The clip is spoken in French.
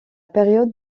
période